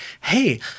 hey